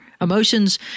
Emotions